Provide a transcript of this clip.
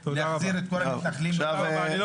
ולהחזיר את כל המתנחלים לתוך שטח המדינה.